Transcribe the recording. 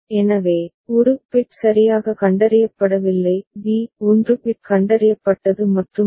எனவே ஒரு பிட் சரியாக கண்டறியப்படவில்லை b 1 பிட் கண்டறியப்பட்டது மற்றும் பல